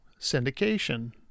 syndication